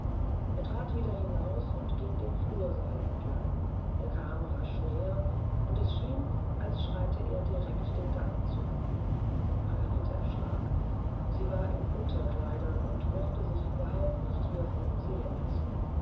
er trat wieder heraus und ging den flursaal entlang er kam rasch näher und es schien als schreite er direkt dem gange zu margarete erschrak sie war in unterkleidern und mochte sich überhaupt nicht hier vor ihm sehen lassen